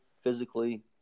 physically